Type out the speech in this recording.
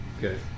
Good